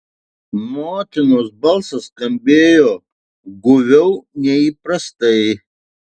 motinos balsas skambėjo guviau nei įprastai